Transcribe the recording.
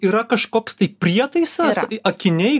yra kažkoks tai prietaisas akiniai